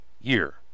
year